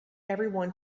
everyone